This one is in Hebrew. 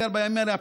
בעיקר בימים האלה,